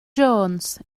jones